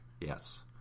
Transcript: yes